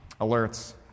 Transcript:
alerts